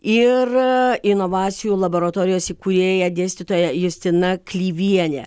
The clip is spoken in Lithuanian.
ir inovacijų laboratorijos įkūrėja dėstytoja justina klyvienė